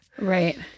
Right